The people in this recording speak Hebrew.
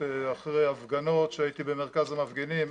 אחרי הפגנות שהייתי במרכז המפגינים,